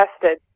tested